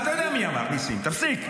אתה יודע מי אמר, ניסים, תפסיק.